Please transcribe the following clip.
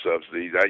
subsidies